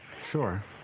Sure